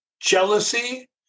jealousy